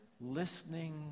listening